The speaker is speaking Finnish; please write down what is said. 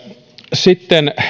sitten